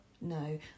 no